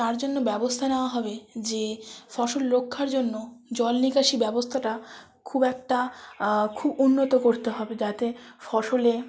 তার জন্য ব্যবস্থা নেওয়া হবে যে ফসল রক্ষার জন্য জলনিকাশি ব্যবস্থাটা খুব একটা উন্নত করতে হবে যাতে ফসলে